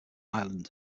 ireland